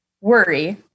worry